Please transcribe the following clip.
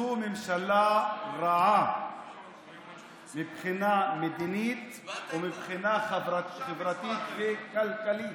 זו ממשלה רעה מבחינה מדינית ומבחינה חברתית וכלכלית.